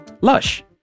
Lush